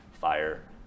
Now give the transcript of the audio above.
fire